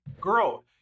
girl